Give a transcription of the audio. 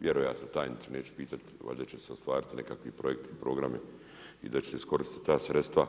Vjerojatno tajnicu neću pitati, valjda će se ostvariti nekakvi projekti, programi i da će se iskoristiti ta sredstva